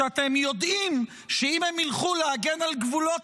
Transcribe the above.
שאתם יודעים שאם הם ילכו להגן על גבולות